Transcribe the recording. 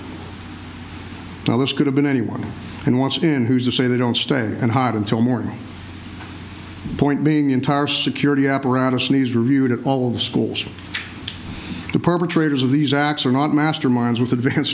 by this could have been anyone and once again who's to say they don't stay and hot until morning point being entire security apparatus needs reviewed at all the schools the perpetrators of these acts are not masterminds with advanced